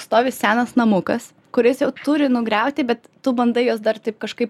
stovi senas namukas kuris jau turi nugriauti bet tu bandai juos dar taip kažkaip